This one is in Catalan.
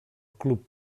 club